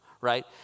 right